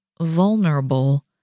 vulnerable